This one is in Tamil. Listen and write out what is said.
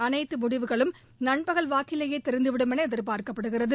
அனைத்து முடிவுகளும் நண்பகல் வாக்கிலேயே தெரிந்துவிடும் என எதிர்ப்பார்க்கப்படுகிறது